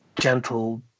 gentle